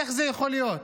איך זה יכול להיות?